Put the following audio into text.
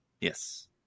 Yes